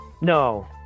No